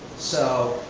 so,